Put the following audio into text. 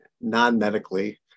non-medically